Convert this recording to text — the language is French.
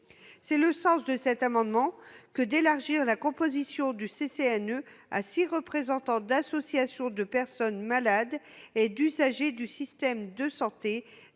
C'est le sens de cet amendement, qui vise à élargir la composition du CCNE à six représentants d'associations de personnes malades et d'usagers du système de santé,